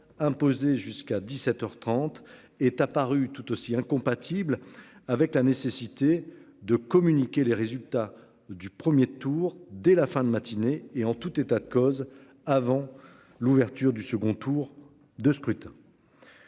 imposés jusqu'à 17h 30 est apparu tout aussi incompatibles avec la nécessité de communiquer les résultats du premier tour dès la fin de matinée et en tout état de cause avant l'ouverture du second tour de scrutin.--